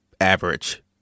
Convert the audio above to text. average